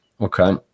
Okay